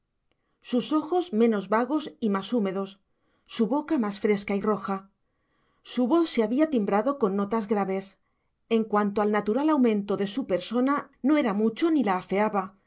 sus ojos menos vagos y más húmedos su boca más fresca y roja su voz se había timbrado con notas graves en cuanto al natural aumento de su persona no era mucho ni la afeaba